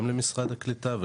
גם למשרד הקליטה,